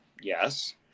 Yes